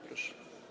Proszę.